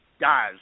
Guys